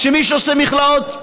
שמי שעושה מכלאות,